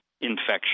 infection